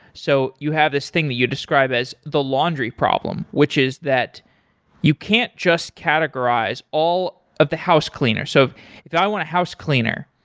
so you have this thing that you describe as the laundry problem, which is that you can't just categorize all of the housecleaners. so if i want a housecleaner,